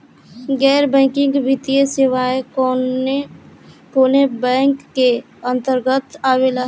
गैर बैंकिंग वित्तीय सेवाएं कोने बैंक के अन्तरगत आवेअला?